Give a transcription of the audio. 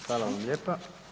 Hvala vam lijepa.